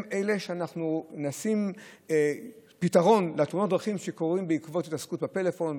הם ניסיון לפתור תאונות דרכים שקורות בעקבות התעסקות בפלאפון,